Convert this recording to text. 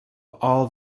all